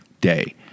day